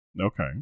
Okay